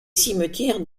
cimetières